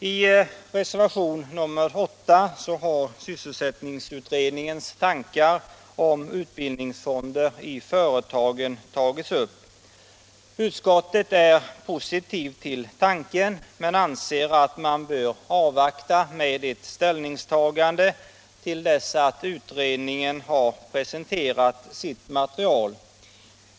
I reservationen 8 har sysselsättningsutredningens tankar om utbildningsfonder i företagen tagits upp. Utskottet är positivt till tanken, men anser att man bör avvakta med ett ställningstagande till dess att utredningen har presenterat sitt material.